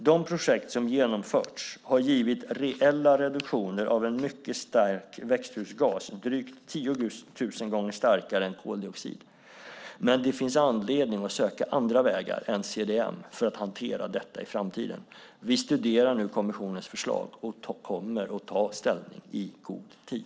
De projekt som genomförts har givit reella reduktioner av en mycket stark växthusgas, drygt 10 000 gånger starkare än koldioxid, men det finns anledning att söka andra vägar än CDM för att hantera detta i framtiden. Vi studerar nu kommissionens förslag och kommer att ta ställning i god tid.